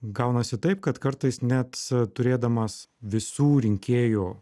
gaunasi taip kad kartais net turėdamas visų rinkėjų